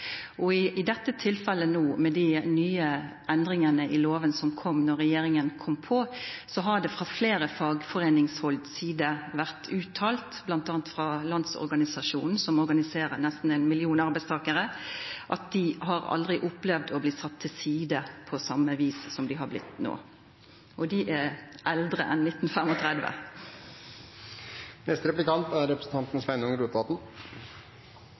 I dette tilfellet no, med dei nye endringane i loven som kom då regjeringa kom, har det frå fleire fagforeiningshald blitt uttala, bl.a. frå Landsorganisasjonen, som organiserer nesten ein million arbeidstakarar, at dei aldri har opplevd å bli sette til side på same vis som dei har blitt no – og dei er eldre enn frå 1935. Eg vil rett og slett stille det same spørsmålet til representanten